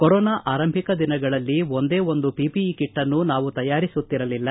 corona ಆರಂಭಿಕ ದಿನಗಳಲ್ಲಿ ಒಂದೇ ಒಂದು ಪಿಪಿಇ ಕೆಟ್ನ್ನು ನಾವು ತಯಾರಿಸುತ್ತಿರಲಿಲ್ಲ